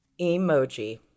Emoji